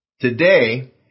Today